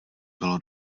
bylo